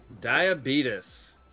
Diabetes